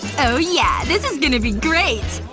oh yeah. this is gonna be great!